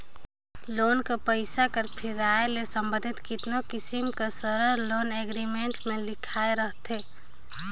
loan कर पइसा कर फिराए ले संबंधित केतनो किसिम कर सरल लोन एग्रीमेंट में लिखाए रहथे